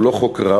הוא לא חוק רע,